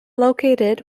located